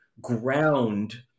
ground